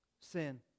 Sin